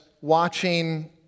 watching